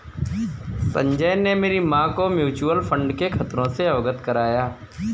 संजय ने मेरी मां को म्यूचुअल फंड के खतरों से अवगत कराया